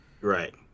Right